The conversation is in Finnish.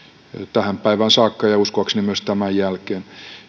tähän päivään saakka ja ja uskoakseni elää myös tämän jälkeen